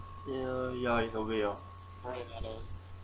ya ya in a way ah